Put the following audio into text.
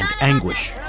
anguish